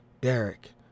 Derek